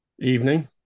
Evening